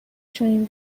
چنین